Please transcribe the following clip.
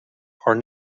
are